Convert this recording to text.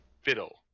fiddle